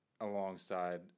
alongside